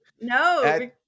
No